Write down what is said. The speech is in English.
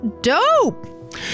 dope